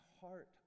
heart